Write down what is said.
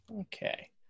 Okay